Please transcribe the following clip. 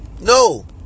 No